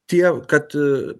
tie kad